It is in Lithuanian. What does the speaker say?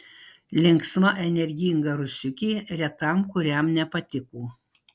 linksma energinga rusiukė retam kuriam nepatiko